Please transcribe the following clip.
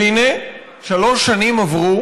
והינה, שלוש שנים עברו